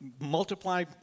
multiply